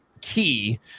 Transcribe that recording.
key